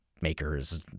makers